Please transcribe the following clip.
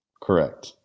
Correct